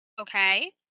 Okay